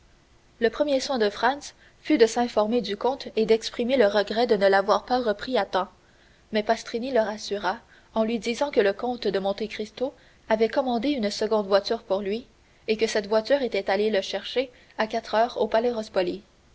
le premier soin de franz fut de s'informer du comte et d'exprimer le regret de ne l'avoir pas repris à temps mais pastrini le rassura en lui disant que le comte de monte cristo avait commandé une seconde voiture pour lui et que cette voiture était allée le chercher à quatre heures au